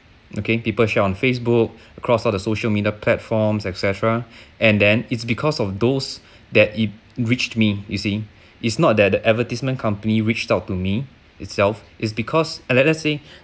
looking people share on facebook across all the social media platforms et cetera and then it's because of those that it reached me you see is not that the advertisement company reached out to me itself is because like I say